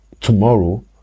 tomorrow